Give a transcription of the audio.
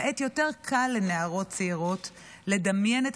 כעת יותר קל לנערות צעירות לדמיין את